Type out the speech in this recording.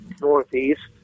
northeast